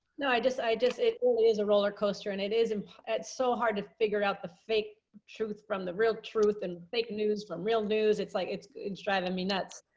no, i just, i just, it is a roller coaster and it is and so hard to figure it out the fake truth from the real truth and fake news from real news. it's like, it's, it's driving me nuts.